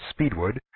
speedwood